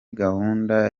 gahunda